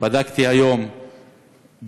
בדקתי היום בעוספיא,